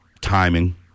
timing